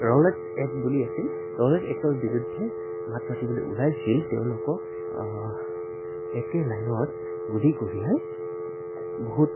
Rowlatt act বুলি আছিল Rowlatt এক্টৰ বিৰুদ্ধে মাত মাতিবলৈ ওলাইছিল তেওঁলোকক একে লাইনত গুলি কঢ়িয়াই বহুত